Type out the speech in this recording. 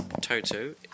Toto